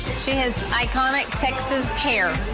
she has iconic texas hair.